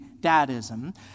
dadism